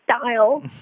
style